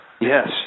Yes